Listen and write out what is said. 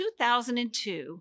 2002